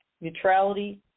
neutrality